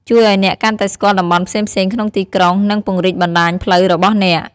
ជួយឱ្យអ្នកកាន់តែស្គាល់តំបន់ផ្សេងៗក្នុងទីក្រុង និងពង្រីកបណ្ដាញផ្លូវរបស់អ្នក។